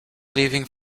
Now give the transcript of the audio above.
leaving